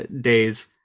days